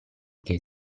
che